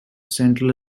central